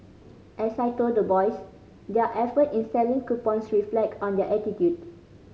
as I told the boys their effort in selling coupons reflect on their attitude